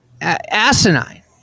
asinine